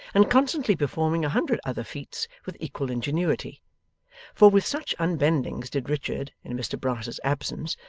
and constantly performing a hundred other feats with equal ingenuity for with such unbendings did richard, in mr brass's absence,